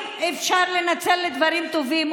אם אפשר לנצל לדברים טובים,